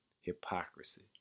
hypocrisy